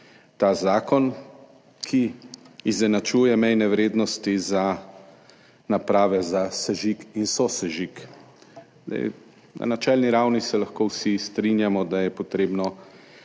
ta zakon, ki izenačuje mejne vrednosti za naprave za sežig in sosežig. Na načelni ravni se lahko vsi strinjamo, da je potrebno